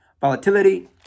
volatility